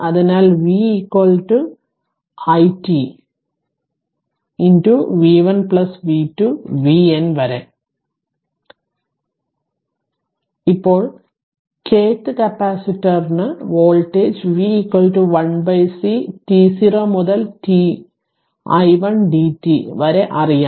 അതിനാൽ v it time v1 v2 vn വരെ ഇപ്പോൾ kth കപ്പാസിറ്ററിന് വോൾട്ടേജ് v 1 c t 0 മുതൽ t it dt വരെ അറിയാം